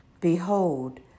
Behold